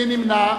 מי נמנע?